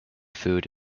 food